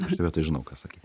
šitoj vietoj žinau ką sakyt